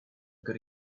good